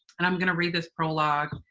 and i'm gonna read this prolouge,